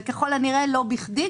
וככל הנראה לא בכדי,